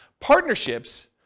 Partnerships